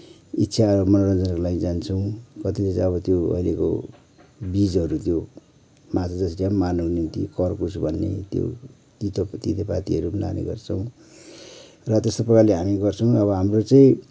इच्छा मनोरञ्जनको लागि जान्छौँ कतिले चाहिँ अब त्यो अहिलेको बिजहरू त्यो माछा मार्नुको निम्ति कड्कुस भन्ने त्यो तिते तितेपातीहरू पनि लाने गर्छौँ र त्यस्तै प्रकारले हामी गर्छौँ अब हाम्रो चाहिँ